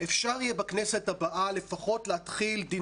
אפשר יהיה בכנסת הבאה לפחות להחיל דין